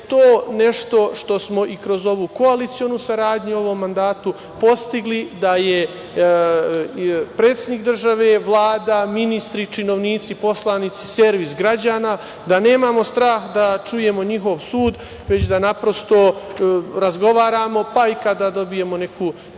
to nešto što smo i kroz ovu koalicionu saradnju u ovom mandatu postigli da su predsednik države, Vlada, ministri, činovnici, poslanici servis građana, da nemamo strah da čujemo njihov sud, već da naprosto razgovaramo, pa i kada dobijemo neku